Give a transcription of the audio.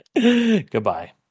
goodbye